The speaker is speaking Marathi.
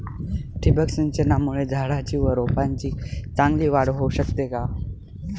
ठिबक सिंचनामुळे झाडाची व रोपांची चांगली वाढ होऊ शकते का?